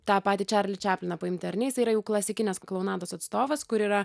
tą patį čarlį čapliną paimti ar ne jisai yra jau klasikinės klounados atstovas kur yra